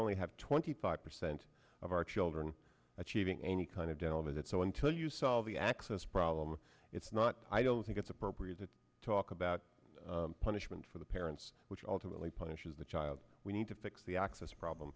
only have twenty five percent of our children achieving any kind of dental visits so until you solve the access problem it's not i don't think it's appropriate to talk about punishment for the parents which ultimately punishes the child we need to fix the access problem